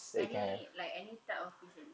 any like any type of vision